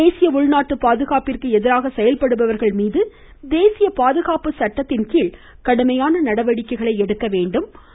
தேசிய உள்நாட்டு பாதுகாப்பிற்கு எதிராக செயல்படுபவர்கள் மீது தேசிய பாதுகாப்பு சட்டத்தின் கீழ் கடுமையான நடவடிக்கைகளை எடுக்க வேண்டும் என்று குறிப்பிட்டார்